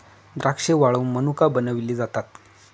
द्राक्षे वाळवुन मनुका बनविले जातात